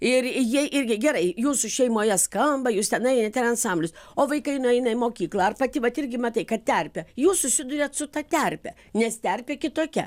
ir jie irgi gerai jūsų šeimoje skamba jūs ten einat į ansamblius o vaikai nueina į mokyklą ar pati vat irgi matai kad terpė jūs susiduriat su ta terpe nes terpė kitokia